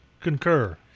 concur